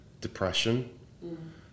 depression